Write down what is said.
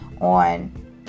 on